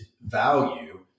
value